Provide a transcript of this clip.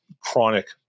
chronic